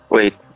Wait